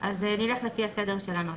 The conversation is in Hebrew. אז נלך לפי הסדר של הנוסח.